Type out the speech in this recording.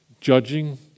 judging